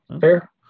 fair